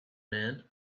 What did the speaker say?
man